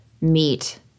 meet